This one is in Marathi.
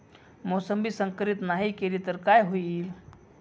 मोसंबी संकरित नाही केली तर काय होईल?